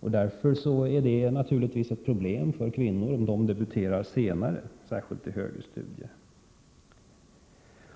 Det innebär naturligtvis ett problem för kvinnor om de debuterar senare, särskilt i högre studier.